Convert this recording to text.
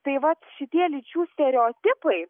tai vat šitie lyčių stereotipai